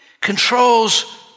controls